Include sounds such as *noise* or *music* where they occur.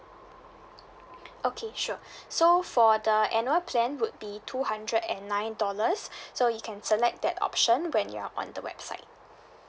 okay sure *breath* so for the annual plan would be two hundred and nine dollars *breath* so you can select that option when you're on the website